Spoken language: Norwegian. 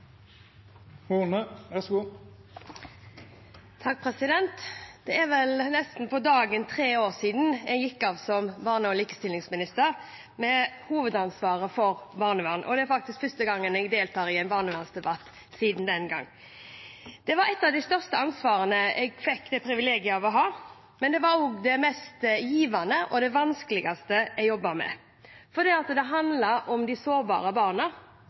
nesten på dagen tre år siden jeg gikk av som barne- og likestillingsminister, med hovedansvaret for barnevernet, og dette er faktisk den første gangen jeg deltar i en barnevernsdebatt siden det. Det var ett av de største ansvarene jeg fikk det privilegium å ha, men det var også det mest givende og vanskeligste jeg jobbet med, for det handlet om de sårbare barna